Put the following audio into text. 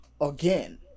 again